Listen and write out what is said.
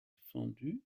fendue